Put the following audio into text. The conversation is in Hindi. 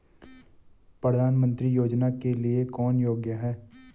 प्रधानमंत्री योजना के लिए कौन योग्य है?